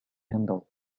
handle